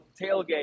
tailgate